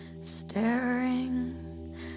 staring